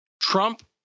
Trump